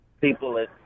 people